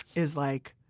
is like,